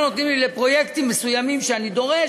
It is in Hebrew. נותנים לי לפרויקטים מסוימים שאני דורש,